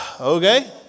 Okay